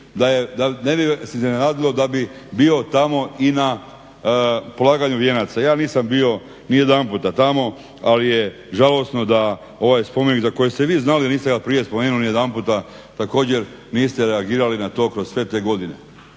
ne bi vas iznenadilo da bi bio tamo i na polaganju vijenaca. Ja nisam bio nijedanput tamo, ali je žalosno da ovaj spomenik za koji ste vi znali a niste ga prije spomenuli nijedanput također niste reagirali na to kroz sve te godine.